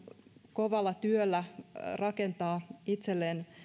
kovalla työllä rakentaa itselleen